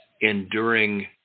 Enduring